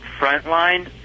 Frontline